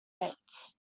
dates